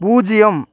பூஜ்ஜியம்